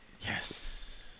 Yes